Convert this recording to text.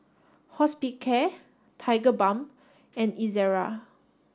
Hospicare Tigerbalm and Ezerra